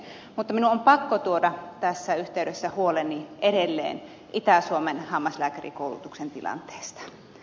mutta minun on pakko tuoda tässä yhteydessä huoleni edelleen itä suomen hammaslääkärikoulutuksen tilanteesta